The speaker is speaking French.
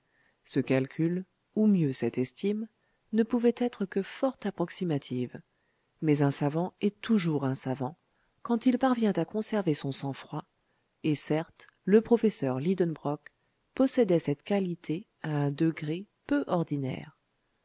ce calcul ou mieux cette estime ne pouvait être que fort approximative mais un savant est toujours un savant quand il parvient à conserver son sang-froid et certes le professeur lidenbrock possédait cette qualité à un degré peu ordinaire